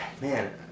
man